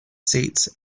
seats